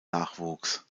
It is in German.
nachwuchs